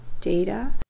data